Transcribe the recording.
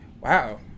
Wow